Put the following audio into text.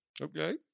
Okay